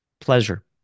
Pleasure